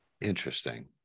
Interesting